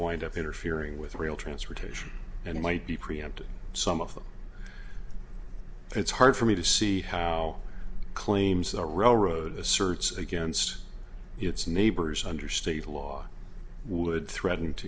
wind up interfering with real transportation and might be preempted some of them it's hard for me to see how claims the railroad asserts against its neighbors under state law would threaten to